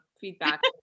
feedback